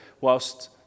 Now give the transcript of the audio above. whilst